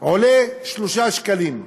עולה 3 שקלים.